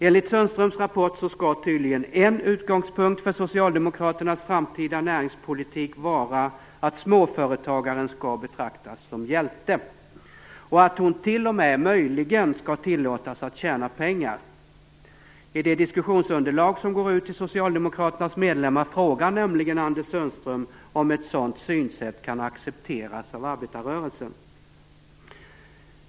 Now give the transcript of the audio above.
Enligt Anders Sundströms rapport skall tydligen en utgångspunkt för socialdemokraternas framtida näringspolitik vara att småföretagaren skall betraktas som hjälte. Hon skall t.o.m., möjligen, tillåtas att tjäna pengar. I det diskussionsunderlag som går ut till Socialdemokraternas medlemmar frågar nämligen Anders Sundström om ett sådant synsätt kan accepteras av arbetarrörelsen.